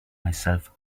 myself